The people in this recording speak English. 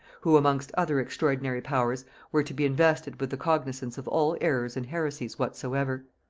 who amongst other extraordinary powers were to be invested with the cognisance of all errors and heresies whatsoever.